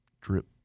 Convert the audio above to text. drip